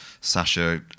Sasha